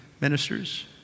ministers